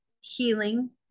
healing